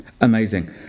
Amazing